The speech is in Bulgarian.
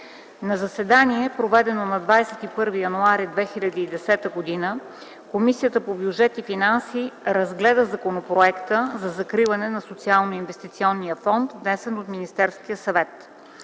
На заседание, проведено на 21 януари 2010 г., Комисията по бюджет и финанси разгледа Законопроекта за закриване на Социалноинвестиционния фонд, внесен от Министерският съвет.